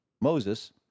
Moses